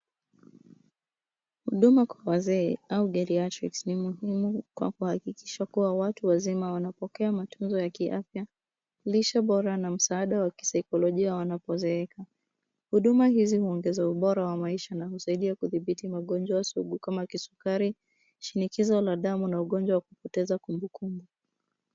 Huduma kwa wazee au geriatrics ni muhimu kwa kuhakikisha watu wazima wanapokea matunzo ya kiafya lishe bora na msaada wa kisaikolojia wanapo zeeka. Huduma hizi huongeza ubora wa maisha na husaidia kudhibiti magonjwa sugu kama kisukari, shinikizo la damu na ugonjwa wa kupoteza kumbukumbu.